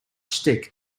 stick